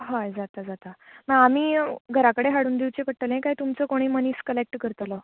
हय जाता जाता ना आमी घरा कडेन हाडून दिवचें पडतलें कांय तुमचो कोणी मनीस कलेक्ट करतलो